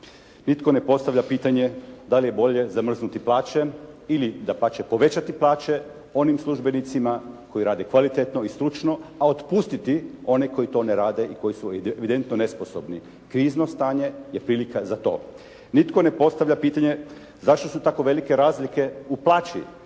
Nitko ne postavlja pitanje da li je bolje zamrznuti plaće ili dapače povećati plaće onim službenicima koji rade kvalitetno i stručno, a otpustiti one koji to ne rade i koji su evidentno nesposobni. Krizno stanje je prilika za to. Nitko ne postavlja pitanje zašto su tako velike razlike u plaći